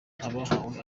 abahawe